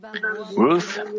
Ruth